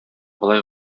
болай